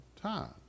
time